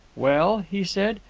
well, he said,